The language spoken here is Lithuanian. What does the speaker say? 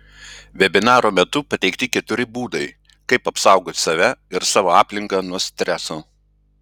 vebinaro metu pateikti keturi būdai kaip apsaugot save ir savo aplinką nuo streso